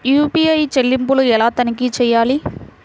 UPI చెల్లింపులు ఎలా తనిఖీ చేయాలి?